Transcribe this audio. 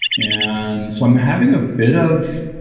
and so i'm having a bit of